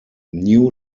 new